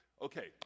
okay